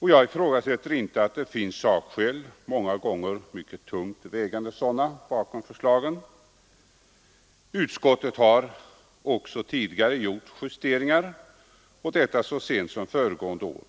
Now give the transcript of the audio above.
Jag ifrågasätter inte att det finns sakskäl — många gånger mycket tungt vägande sådana — bakom förslagen. Utskottet har också tidigare gjort gränsjusteringar, och detta så sent som föregående år.